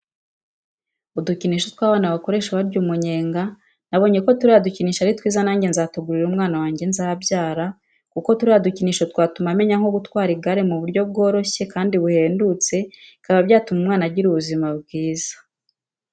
Udukinisho tw'anaba bakoresha barya umunyenga, nabonye ko turiya dukinisho ari twiza nanjye nzatugurira umwana wanjye nzabyara, kuko turiya dukinsho twatuma amenya nko gutwara igare mu buryo bworoshye kandi buhendutse bikaba byatuma umwana agira ubuzima bwiza.